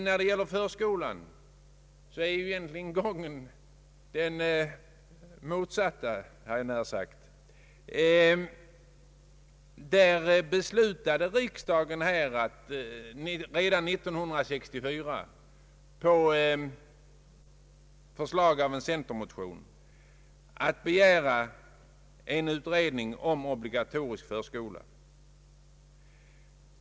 Vad beträffar förskolan är gången egentligen den motsatta, hade jag så när sagt. Redan 1964 beslöt riksdagen på förslag i en centermotion att begära utredning om obligatorisk förskola.